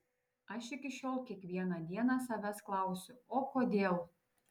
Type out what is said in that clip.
aš iki šiol kiekvieną dieną savęs klausiu o kodėl